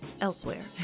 elsewhere